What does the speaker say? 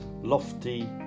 lofty